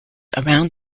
around